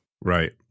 Right